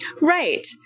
Right